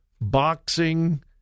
Boxing